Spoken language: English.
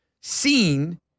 seen